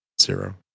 zero